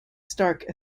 stark